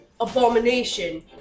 abomination